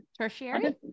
tertiary